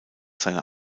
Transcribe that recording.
seiner